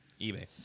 eBay